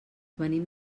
venim